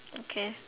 okay